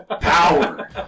power